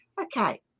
okay